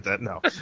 No